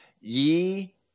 ye